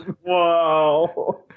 Wow